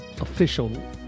official